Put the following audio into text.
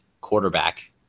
quarterback